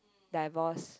divorce